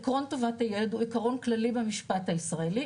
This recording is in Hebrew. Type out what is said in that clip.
עקרון טובת הילד הוא עקרון כללי במשפט הישראלי,